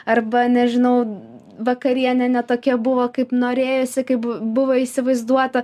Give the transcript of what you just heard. arba nežinau vakarienė ne tokia buvo kaip norėjosi kaip buvo įsivaizduota